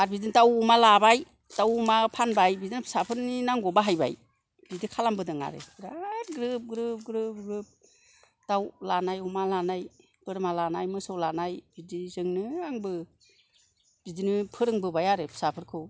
आर बिदिनो दाव अमा लाबाय दाव अमा फानबाय बिदिनो फिसाफोरनि नांगौआव बाहायबाय बिदि खालामबोदों आरो है ग्रोब ग्रोब ग्रोब ग्रोब दाव लानाय अमा लानाय बोरमा लानाय मोसौ लानाय बिदिजोंनो आंबो बिदिनो फोरोंबोबाय आरो फिसाफोरखौ